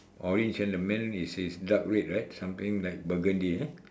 orange and the man is is dark red right something like burgundy eh